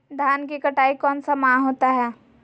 धान की कटाई कौन सा माह होता है?